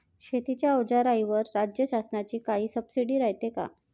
शेतीच्या अवजाराईवर राज्य शासनाची काई सबसीडी रायते का?